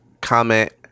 comment